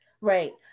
right